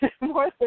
more